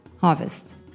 Harvest